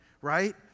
right